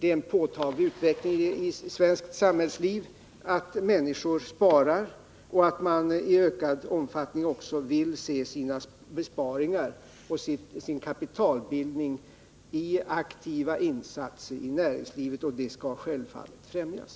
En påtaglig utveckling i svenskt samhällsliv är den att människor sparar och att de också i ökad omfattning vill se sina besparingar användas för aktiva insatser i näringslivet, och detta skall självfallet främjas.